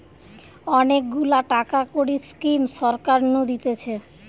অনেক গুলা টাকা কড়ির স্কিম সরকার নু দিতেছে